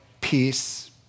peace